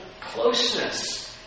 closeness